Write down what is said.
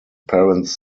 parents